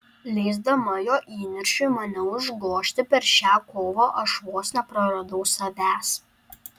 leisdama jo įniršiui mane užgožti per šią kovą aš vos nepraradau savęs